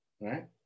Right